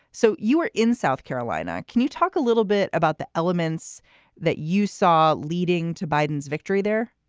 so you were in south carolina. can you talk a little bit about the elements that you saw leading to biden's victory there?